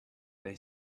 they